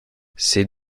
c’est